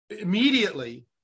immediately